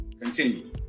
Continue